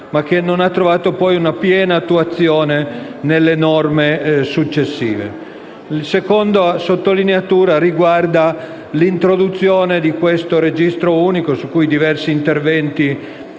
ma che non ha trovato poi piena attuazione nelle norme successive. La seconda sottolineatura riguarda l'introduzione del registro unico, su cui diversi interventi